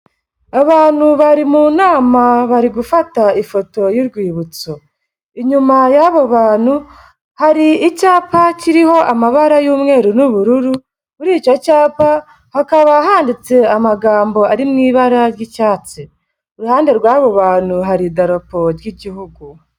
Abantu bari mu nama bari gufata ifoto y'urwibutso, inyuma y'abo bantu hari icyapa kiriho amabara y'umweru n'ubururu kuri icyo cyapa hakaba handitse amagambo ari mu ibara ry'icyatsi, iruhande rw'abo bantu hari idarapo ry'igihugu.